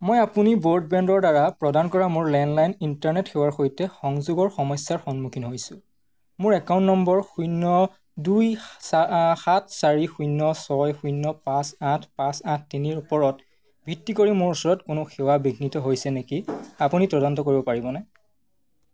মই আপুনি ব্ৰডবেণ্ডৰদ্বাৰা প্ৰদান কৰা মোৰ লেণ্ডলাইন ইণ্টাৰনেট সেৱাৰ সৈতে সংযোগৰ সমস্যাৰ সন্মুখীন হৈছোঁ মোৰ একাউণ্ট নম্বৰ শূন্য দুই সাত চাৰি শূন্য ছয় শূন্য পাঁচ আঠ পাঁচ আঠ তিনিৰ ওপৰত ভিত্তি কৰি মোৰ ওচৰত কোনো সেৱা বিঘ্নিত হৈছে নেকি আপুনি তদন্ত কৰিব পাৰিবনে